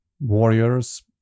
warriors